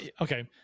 okay